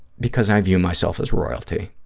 because i view myself as royalty,